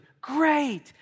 great